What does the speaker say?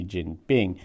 Jinping